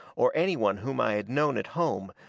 or any one whom i had known at home,